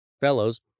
Fellows